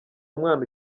mwana